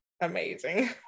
amazing